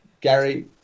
Gary